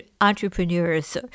entrepreneurs